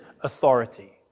authority